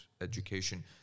education